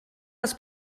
les